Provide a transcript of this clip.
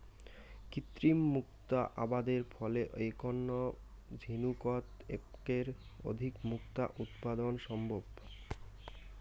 কৃত্রিম মুক্তা আবাদের ফলে এ্যাকনা ঝিনুকোত এ্যাকের অধিক মুক্তা উৎপাদন সম্ভব